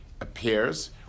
appears